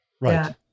Right